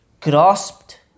grasped